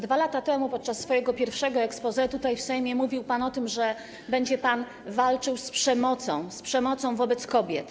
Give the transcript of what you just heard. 2 lata temu podczas swojego pierwszego exposé tutaj, w Sejmie, mówił pan o tym, że będzie pan walczył z przemocą, z przemocą wobec kobiet.